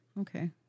Okay